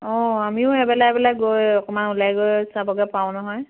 অঁ আমিও এবেলা এবেলা গৈ অকণমান ওলাই গৈ চাবগৈ পাওঁ নহয়